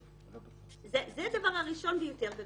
זה הדבר הראשון ביותר וקריטי.